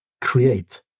create